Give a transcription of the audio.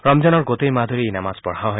ৰমজানৰ গোটেই মাহ ধৰি এই নামাজ পঢ়া হয়